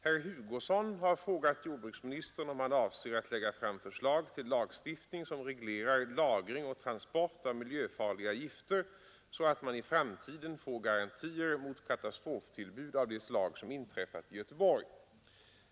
Herr Hugosson har frågat jordbruksministern, om han avser att lägga fram förslag till lagstiftning som reglerar lagring och transport av miljöfarliga gifter så att man i framtiden får garantier mot katastroftillbud av det slag som inträffat i Göteborg.